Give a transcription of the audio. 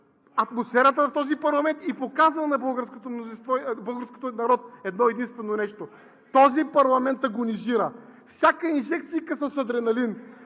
атмосферата в този парламент и показва на българския народ едно-единствено нещо – този парламент агонизира. Всяка инжекцийка с адреналин,